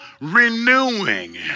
renewing